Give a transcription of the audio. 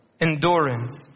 endurance